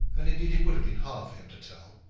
and, indeed, it would have been hard for him to tell.